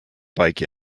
bike